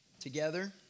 together